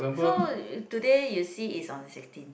so today you see is on the sixteen